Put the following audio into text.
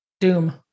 doom